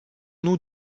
nous